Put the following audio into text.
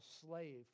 slave